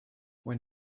when